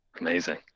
Amazing